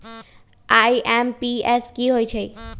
IMPS की होईछइ?